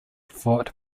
fought